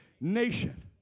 nation